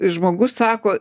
žmogus sako